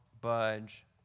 budge